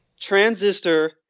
Transistor